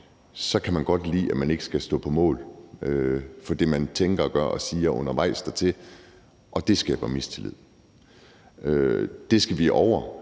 så kan man godt lide, at man ikke skal stå på mål for det, man tænker og gør og siger undervejs, og det skaber mistillid. Det skal vi over,